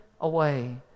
away